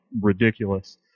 ridiculous